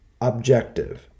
objective